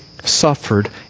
suffered